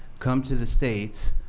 come to the states,